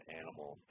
animal